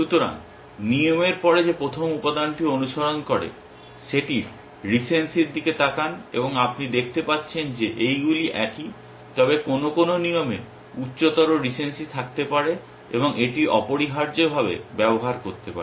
সুতরাং নিয়মের পরে যে প্রথম উপাদানটি অনুসরণ করে সেটির রিসেন্সির দিকে তাকান এবং আপনি দেখতে পাচ্ছেন যে এইগুলি একই তবে কোনো কোনো নিয়মে উচ্চতর রিসেনসি থাকতে পারে এবং এটি অপরিহার্যভাবে ব্যবহার করতে পারে